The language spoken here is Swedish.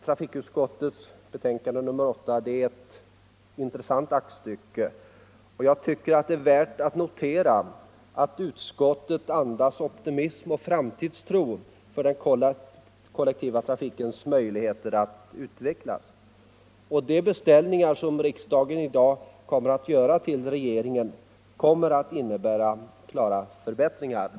Trafikutskottets betänkande nr 8 är ett intressant aktstycke, och det är värt att notera att utskottsbetänkandet andas optimism och framtidstro för den kollektiva trafikens möjligheter att utvecklas. De beställningar som riksdagen i dag kommer att göra hos regeringen innebär klara förbättringar.